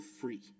free